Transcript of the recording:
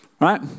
Right